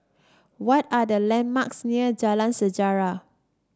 what are the landmarks near Jalan Sejarah